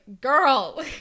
girl